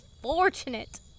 fortunate